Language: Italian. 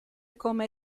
come